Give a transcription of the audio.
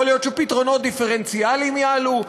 יכול להיות שפתרונות דיפרנציאליים יעלו.